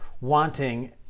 wanting